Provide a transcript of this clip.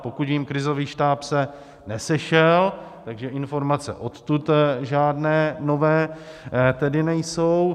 Pokud vím, krizový štáb se nesešel, takže informace odtud žádné nové tedy nejsou.